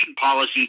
policy